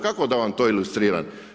Kako da vam to ilustriram?